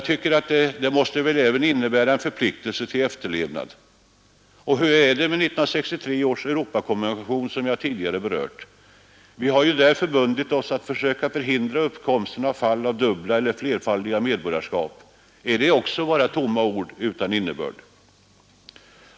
Detta måste väl även innebära en förpliktelse till efterlevnad. Och hur är det med 1963 års Europakonvention, som jag tidigare berört? Vi har där förbundit oss att försöka förhindra uppkomsten av fall av dubbla eller flerfaldiga medborgarskap. Är det också bara tomma ord utan innebörd?